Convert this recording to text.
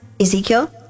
Ezekiel